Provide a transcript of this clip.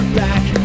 back